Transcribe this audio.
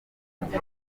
mugore